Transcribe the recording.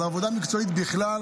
אלא על העבודה המקצועית בכלל,